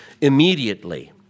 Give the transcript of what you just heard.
immediately